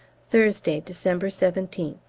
thursday, december seventeenth.